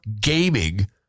gaming